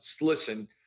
listen